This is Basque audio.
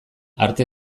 arte